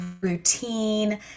routine